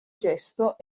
gesto